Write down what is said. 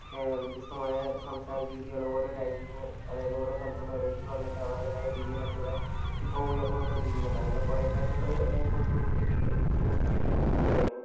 വ്യത്യസ്ഥമായ സംസാര രീതികൾ ഓരോ രാജ്യത്തിൽ നിന്ന് അതായത് ഓരോ സ്ഥലത്തു നിന്ന് ഓരോരുത്തർ വന്നിട്ട് അവരുടേതായ രീതികളൊക്കെയിവിടെ ഇപ്പോൾ ഉയർന്നു വന്നു കൊണ്ടിരിക്കുന്നുണ്ട് അങ്ങനെ കുറെ കാര്യങ്ങൾ കോഴിക്കോട് ജില്ലക്കൊക്കെ ഇപ്പോഴും കിട്ടിക്കൊണ്ടിരിക്കുകയാണ്